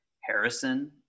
Harrison